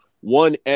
one